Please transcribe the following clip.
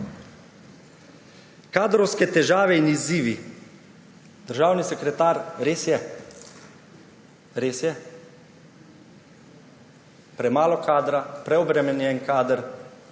Kadrovske težave in izzivi. Državni sekretar, res je, premalo kadra, preobremenjen kader,